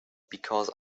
because